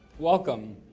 welcome.